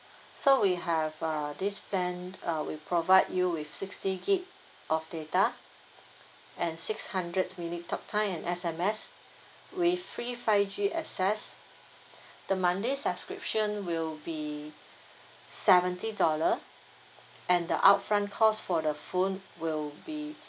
so we have uh this plan uh we provide you with sixty gig of data and six hundred minute talk time and S_M_S with free five G access the monthly subscription will be seventy dollar and the upfront cost for the phone will be